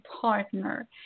partner